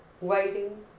waiting